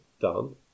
done